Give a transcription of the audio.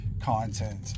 Content